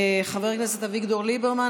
חבר הכנסת אביגדור ליברמן,